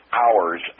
hours